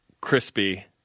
crispy